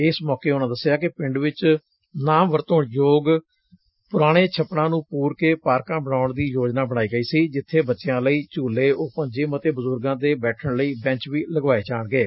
ਇਸ ਮੌਕੇ ਉਨ੍ਹਾਂ ਦੱਸਿਆ ਕਿ ਪਿੰਡ ਵਿੱਚ ਨਾ ਵਰਤੋ ਯੋਗ ਪੁਰਾਣੇ ਛੱਪੜਾ ਨੂੰ ਪੂਰਕੇ ਪਾਰਕਾਂ ਬਣਾਉਣ ਦੀ ਯੋਜਨਾ ਬਣਾਈ ਗਈ ਸੀ ਜਿੱਬੇ ਬੱਚਿਆਂ ਲਈ ਝੁਲੇ ਓਪਨ ਜਿੱਮ ਅਤੇ ਬਜੁਰਗਾਂ ਦੇ ਬੈਠਣ ਲਈ ਬੈੱਚ ਵੀ ਲਗਾਵਾਏ ਜਾਣਗੇ